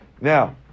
Now